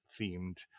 themed